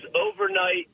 overnight